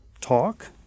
talk